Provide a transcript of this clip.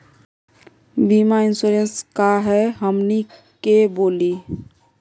बीमा इंश्योरेंस का है हमनी के बोली?